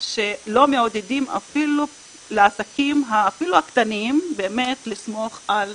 שלא מעודדים אפילו לעסקים הקטנים באמת לסמוך על